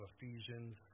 Ephesians